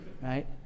right